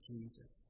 Jesus